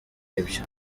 ibyo